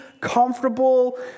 comfortable